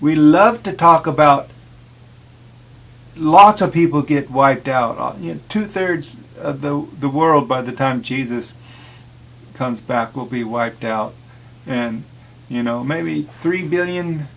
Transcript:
we love to talk about lots of people get wiped out two thirds of the world by the time jesus comes back will be wiped out then you know maybe three billion